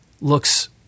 looks